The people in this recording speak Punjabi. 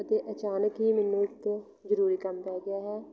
ਅਤੇ ਅਚਾਨਕ ਹੀ ਮੈਨੂੰ ਇੱਕ ਜ਼ਰੂਰੀ ਕੰਮ ਪੈ ਗਿਆ ਹੈ